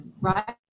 right